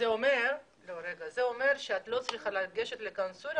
זה אומר שאת לא צריכה לגשת לקונסוליה